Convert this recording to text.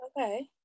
Okay